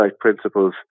Principles